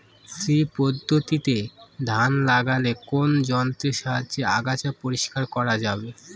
শ্রী পদ্ধতিতে ধান লাগালে কোন যন্ত্রের সাহায্যে আগাছা পরিষ্কার করা যাবে?